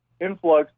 influx